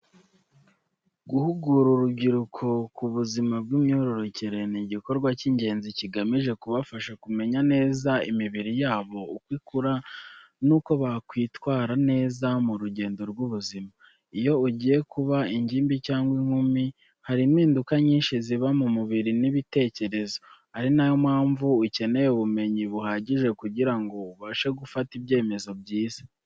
Guhugura urubyiruko ku buzima bw’imyororokere ni igikorwa cy’ingenzi kigamije kubafasha kumenya neza imibiri yabo, uko ikura, n’uko bakwitwara neza mu rugendo rw’ubuzima. Iyo ugiye kuba ingimbi cyangwa inkumi, hari impinduka nyinshi ziba mu mubiri n’ibitekerezo, ari na yo mpamvu ukeneye ubumenyi buhagije kugira ngo ubashe gufata ibyemezo byiza.